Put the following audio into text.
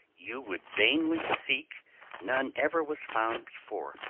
you would vainly seek none ever was found before.